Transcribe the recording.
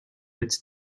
its